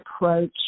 approach